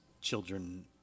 children